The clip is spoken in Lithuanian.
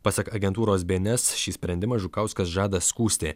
pasak agentūros bns šį sprendimą žukauskas žada skųsti